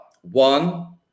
One